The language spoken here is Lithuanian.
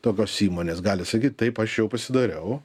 tokios įmonės gali sakyt taip aš jau pasidariau